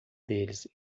deles